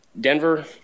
Denver